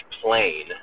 plain